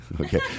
okay